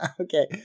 okay